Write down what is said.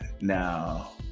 Now